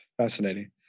Fascinating